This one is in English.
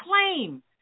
claim